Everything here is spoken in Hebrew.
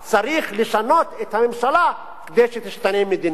צריך לשנות את הממשלה כדי שתשתנה המדיניות.